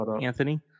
Anthony